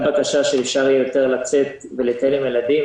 בקשה שאפשר יהיה לצאת יותר ולטייל עם הילדים,